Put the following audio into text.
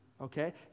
okay